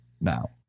now